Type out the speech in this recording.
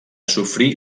sofrí